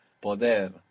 poder